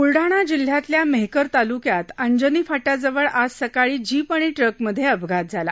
ब्लडाणा जिल्ह्यातील मेहकर ताल्क्यातील अंजनी फाट्याजवळ आज सकाळी जीप आणि ट्रकमध्ये अपघात झाला